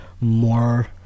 more